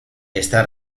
está